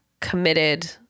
committed